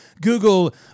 Google